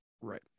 Right